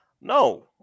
no